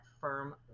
firm